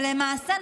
למעשה,